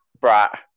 brat